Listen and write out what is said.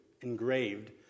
engraved